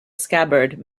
scabbard